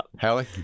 Hallie